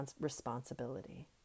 responsibility